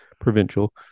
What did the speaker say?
provincial